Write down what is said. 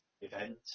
event